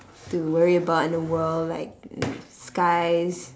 to worry about in the world like skies